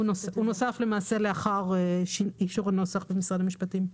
הוא למעשה נוסף לאחר אישור הנוסח במשרד המשפטים.